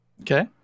Okay